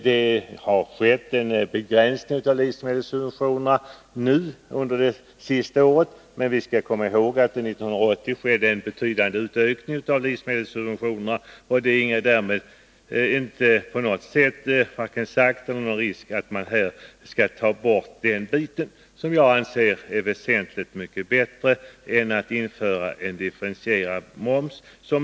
Det har skett en begränsning av livsmedelssubventionerna under det senaste året, men vi skall komma ihåg att det skedde en betydande ökning av livsmedelssubventionerna 1980, och det är därmed inte någon risk för att man skall ta bort den biten, som jag anser är väsentligt mycket bättre än att införa differentierad moms.